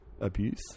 abuse